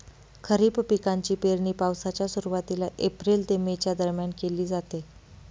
खरीप पिकांची पेरणी पावसाच्या सुरुवातीला एप्रिल ते मे च्या दरम्यान केली जाते